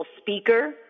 speaker